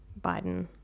Biden